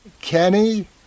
Kenny